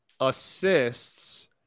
assists